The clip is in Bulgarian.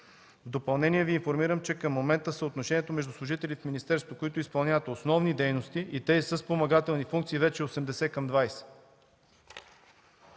В допълнение Ви информирам, че към момента съотношението между служителите в министерството, които изпълняват основни дейности, и тези със спомагателни функции вече е 80 към 20.